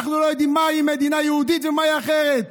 אנחנו לא יודעים מהי מדינה יהודית ומהי אחרת.